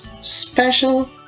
special